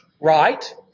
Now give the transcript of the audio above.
right